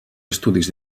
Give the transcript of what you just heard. estudis